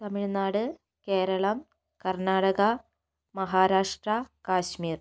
Tamil Nadu Keralam Karnataka Maharashtra Kashmir